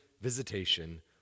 visitation